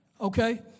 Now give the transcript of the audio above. okay